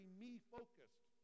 me-focused